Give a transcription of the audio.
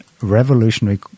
Revolutionary